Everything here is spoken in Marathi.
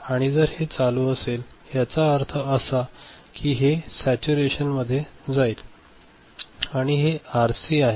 आणि जर हे चालू असेल याचा अर्थ असा आहे की हे सॅच्यूरेशन मध्ये जाईल आणि हे आरसी आहे